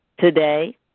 today